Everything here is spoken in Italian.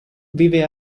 vive